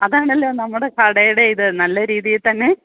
അതാണല്ലോ നമ്മുടെ കടയുടെ ഇത് നല്ല രീതി തന്നെ